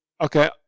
okay